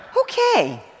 Okay